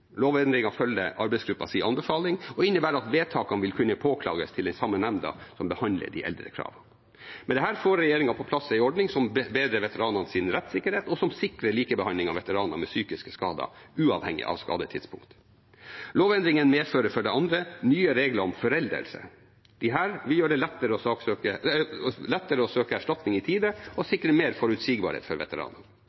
følger arbeidsgruppens anbefaling og innebærer at vedtakene vil kunne påklages til den samme nemnda som behandler de eldre kravene. Med det får regjeringen på plass en ordning som bedrer veteranenes rettssikkerhet, og som sikrer likebehandling av veteraner med psykiske skader uavhengig av skadetidspunkt. Lovendringen medfører for det andre nye regler om foreldelse. Disse vil gjøre det lettere å søke erstatning i tide og